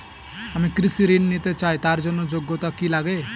আমি কৃষি ঋণ নিতে চাই তার জন্য যোগ্যতা কি লাগে?